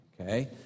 okay